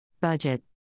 budget